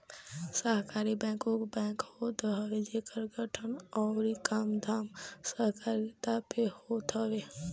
सहकारी बैंक उ बैंक होत हवे जेकर गठन अउरी कामधाम सहकारिता पे होत हवे